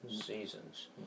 seasons